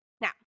Now